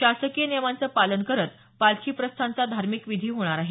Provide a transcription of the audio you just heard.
शासकीय नियमांचं पालन करत पालखी प्रस्थानचा धार्मिक विधी होणार आहे